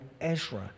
Ezra